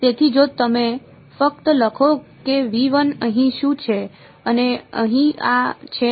તેથી જો તમે ફક્ત લખો કે અહીં શું છે અને અહીં આ છે અને